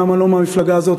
אומנם אני לא מהמפלגה הזאת,